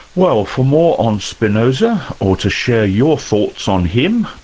well for more on spinoza or to share your thoughts on him,